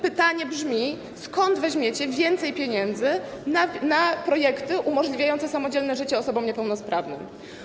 Pytanie brzmi: Skąd weźmiecie więcej pieniędzy na projekty umożliwiające samodzielne życie osobom niepełnosprawnym?